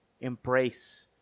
embrace